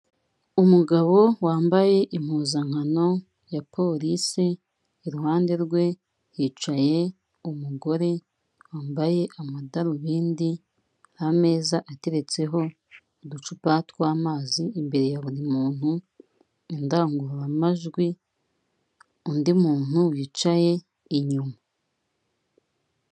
Umugabo wambaye impuzankano ya police iruhande rwe hicaye umugore wambaye amadarubindi, ameza ateretseho uducupa twamazi imbere ya buri muntu, indangurumajwi, undi muntu wicaye inyuma.